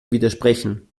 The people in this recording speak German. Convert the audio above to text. widersprechen